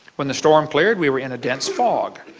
when the storm cleared we were in a dense fog.